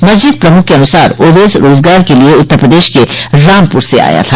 मस्जिद प्रमुख के अनुसार ओवेस रोजगार के लिए उत्तर प्रदेश के रामपुर से आया था